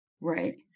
right